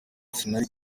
sinari